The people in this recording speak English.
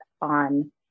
on